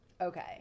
Okay